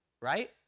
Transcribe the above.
right